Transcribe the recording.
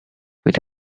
with